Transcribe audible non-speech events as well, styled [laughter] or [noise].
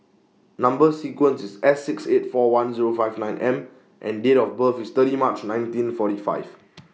Number sequence IS S six eight four one Zero five nine M and Date of birth IS thirty March nineteen forty five [noise]